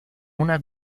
una